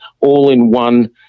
all-in-one